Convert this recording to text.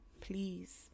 Please